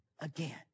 again